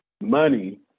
Money